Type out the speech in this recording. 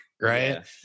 right